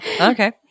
okay